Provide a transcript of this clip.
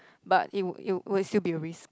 but it'll it'll it will still be a risk